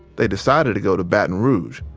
they decided to go to baton rouge,